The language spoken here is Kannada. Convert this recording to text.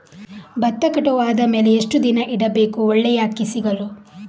ಭತ್ತ ಕಟಾವು ಆದಮೇಲೆ ಎಷ್ಟು ದಿನ ಇಡಬೇಕು ಒಳ್ಳೆಯ ಅಕ್ಕಿ ಸಿಗಲು?